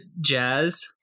jazz